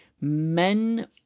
men